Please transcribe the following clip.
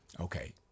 Okay